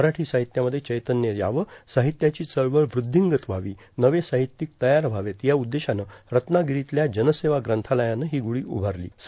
मराठी सर्ाहत्यामध्ये चैतन्य यावं सार्ाहत्याची चळवळ वृद्विंगत व्हावी नवे सार्ाहत्यिक तयार व्हावेत या उद्देशानं रत्नागरांतल्या जनसेवा ग्रंथालयानं हो ग्रंढो उभारलों